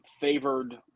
favored